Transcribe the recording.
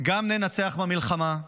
גם ננצח במלחמה,